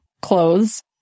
clothes